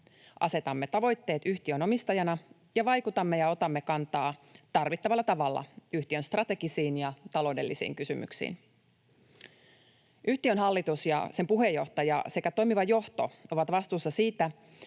asetamme tavoitteet yhtiön omistajana ja vaikutamme ja otamme kantaa tarvittavalla tavalla yhtiön strategisiin ja taloudellisiin kysymyksiin. Yhtiön hallitus ja sen puheenjohtaja sekä toimiva johto ovat vastuussa siitä,